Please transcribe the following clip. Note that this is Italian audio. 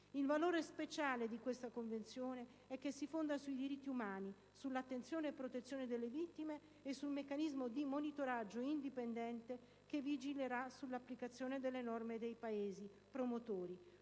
Il valore speciale di tale Convenzione è che si fonda sui diritti umani, sull'attenzione e protezione delle vittime e sul meccanismo di monitoraggio indipendente che vigilerà sull'applicazione delle norme dei Paesi promotori.